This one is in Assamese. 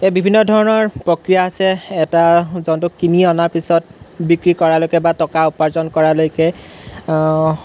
এই বিভিন্ন ধৰণৰ প্ৰক্ৰিয়া আছে এটা জন্তু কিনি অনা পিছত বিক্ৰী কৰালৈকে বা টকা উপাৰ্জন কৰালৈকে